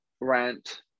rant